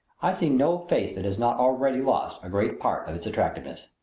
i see no face that has not already lost a great part of its attractiveness.